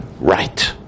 right